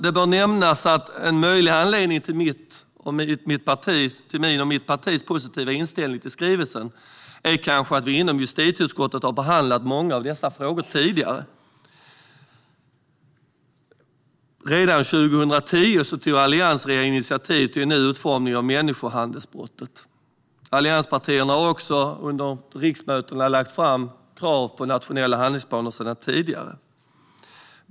Det bör nämnas att en möjlig anledning till min och mitt partis positiva inställning till skrivelsen är att vi inom justitieutskottet har behandlat många av dessa frågor tidigare. Redan 2010 tog alliansregeringen initiativ till en ny utformning av människohandelsbrottet. Allianspartierna har också under riksmötena lagt fram krav på nationella handlingsplaner sedan tidigare.